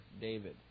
David